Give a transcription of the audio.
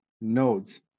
nodes